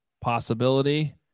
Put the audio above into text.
Possibility